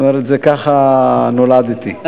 זאת אומרת, ככה נולדתי.